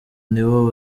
nibo